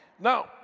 Now